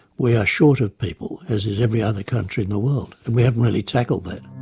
we are short of people, as is every other country in the world, and we haven't really tackled that.